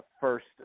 first